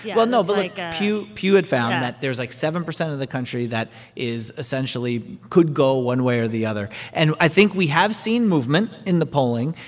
well, no, but, like, pew pew had found that there's, like, seven percent of the country that is essentially could go one way or the other. and i think we have seen movement in the polling,